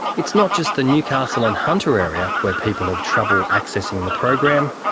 it's not just the newcastle and hunter area where people have trouble accessing the program,